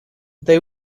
they